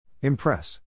Impress